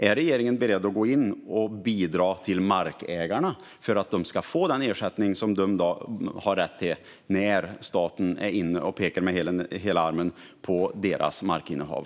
Är regeringen beredd att gå in och bidra till att markägarna får den ersättning som de har rätt till när staten går in och pekar med hela handen på deras markinnehav?